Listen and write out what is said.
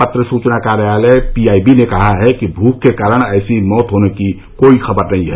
पत्र सूचना कार्यालय पीआईबी ने कहा है कि भूख के कारण ऐसी मौत होने की कोई खबर नहीं है